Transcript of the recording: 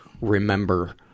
remember